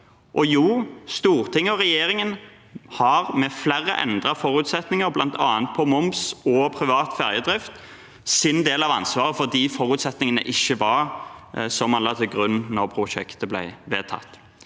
Stortinget og regjeringen har med flere endrede forutsetninger, bl.a. på moms og privat ferjedrift, sin del av ansvaret for at de forutsetningene ikke var som man la til grunn da prosjektet ble vedtatt.